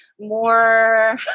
more